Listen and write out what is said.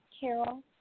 Carol